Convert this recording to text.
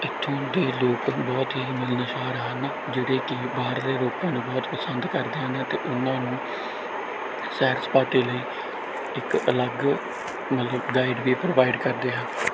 ਇੱਥੋਂ ਦੇ ਲੋਕ ਬਹੁਤ ਹੀ ਮਿਲਣਸਾਰ ਹਨ ਜਿਹੜੇ ਕਿ ਬਾਹਰਲੇ ਲੋਕਾਂ ਨੂੰ ਬਹੁਤ ਪਸੰਦ ਕਰਦੇ ਹਨ ਅਤੇ ਉਹਨਾਂ ਨੂੰ ਸੈਟ ਸਪਾਟੇ ਲਈ ਇੱਕ ਅਲੱਗ ਮਤਲਬ ਗਾਇਡ ਵੀ ਪ੍ਰੋਵਾਈਡ ਕਰਦੇ ਹਨ